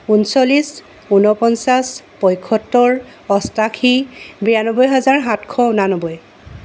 ঊনচল্লিছ উনপঞ্চাছ পঁসত্তৰ অষ্টাশী বিৰান্নব্বৈ হাজাৰ সাতশ ঊননবৈ